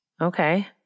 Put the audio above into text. Okay